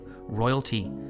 royalty